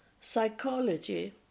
psychology